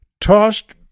tossed